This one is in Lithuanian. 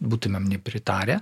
būtumėm nepritarę